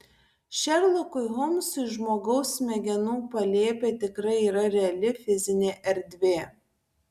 šerlokui holmsui žmogaus smegenų palėpė tikrai yra reali fizinė erdvė